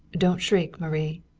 don't shriek, marie,